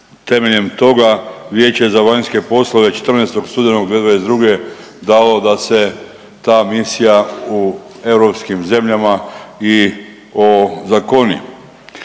temeljem toga Vijeće za vanjske poslove 14. studenog 2022. dalo da se ta misija u europskim zemljama i ozakoni.